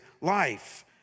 life